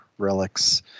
relics